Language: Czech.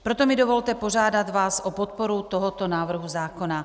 Proto mi dovolte požádat vás o podporu tohoto návrhu zákona.